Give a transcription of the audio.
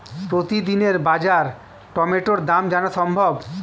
প্রতিদিনের বাজার টমেটোর দাম জানা সম্ভব?